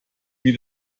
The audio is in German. wie